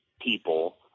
people